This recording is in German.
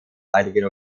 heiligen